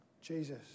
Jesus